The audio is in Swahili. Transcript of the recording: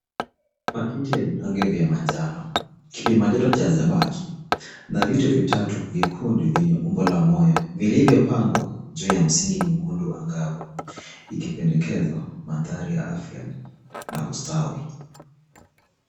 Paketi ya vidongo vya manjano, kipima joto cha zebaki na vitu vitatu vyekundu vyenye umbo la moyo vilivyopangwa juu ya msingi mwekundu wa ngao ikipendekeza manthari ya afya na ustawi.